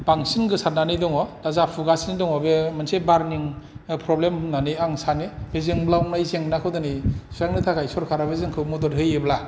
बांसिन गोसारनानै दंङ बा जाफुगासिनो दंङ बे मोनसे बारनिं प्रब्लेम होननानै आं सानो बे जोंब्लावनाय जेंनाखौ दिनै सुस्रांनो थाखाय सरकाराबो मदद होयोब्ला